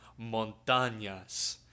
montañas